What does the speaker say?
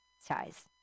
size